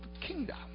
kingdom